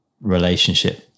relationship